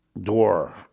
door